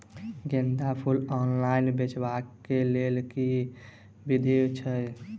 गेंदा फूल ऑनलाइन बेचबाक केँ लेल केँ विधि छैय?